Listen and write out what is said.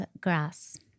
grass